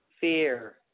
fear